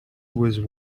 with